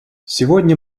сегодня